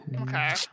Okay